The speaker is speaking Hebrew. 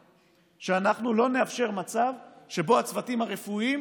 שאנחנו לא נאפשר מצב שבו הצוותים הרפואיים